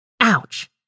Ouch